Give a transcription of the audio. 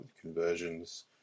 conversions